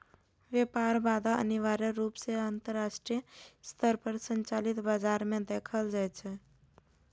व्यापार बाधा अनिवार्य रूप सं अंतरराष्ट्रीय स्तर पर संचालित बाजार मे देखल जाइ छै